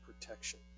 protection